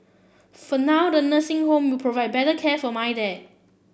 for now the nursing home will provide better care for my dad